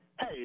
Hey